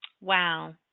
Wow